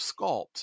sculpt